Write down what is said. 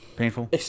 Painful